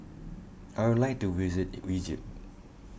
I would like to visit Egypt